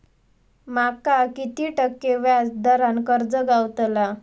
माका किती टक्के व्याज दरान कर्ज गावतला?